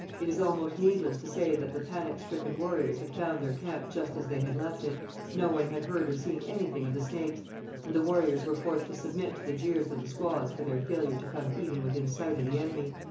it is almost needless to say that the panic-stricken warriors had found their camp just as they had left it no one had heard or seen anything of the snakes and the warriors were forced to submit to the jeers of the squaws for their failure to come even within sight of the enemy.